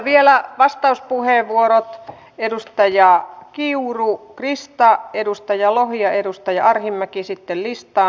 vielä vastauspuheenvuorot edustaja krista kiuru edustaja lohi ja edustaja arhinmäki sitten listaan